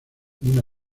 una